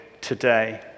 today